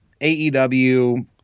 AEW